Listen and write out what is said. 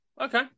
Okay